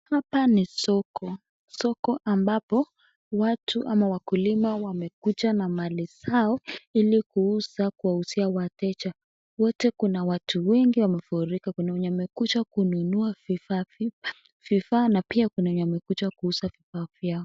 Hapa ni soko, soko ambapo watu ama wakulima wamekuja na mali zao ili kuuza kuwauzia wateja, wote kuna watu wengi wamefurika. Kuna wenye wamekuja kununua vifaa na pia kuna wenye wamekuja kuuza vyao.